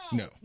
no